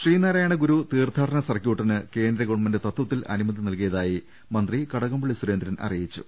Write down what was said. ശ്രീനാരായണഗുരു തീർത്ഥാടന സർക്യൂട്ടിന് കേന്ദ്ര ഗവൺമെന്റ് തത്വത്തിൽ അനുമതി നൽകിയതായി മന്ത്രി കടകംപള്ളി സുരേന്ദ്രൻ അറിയിച്ചു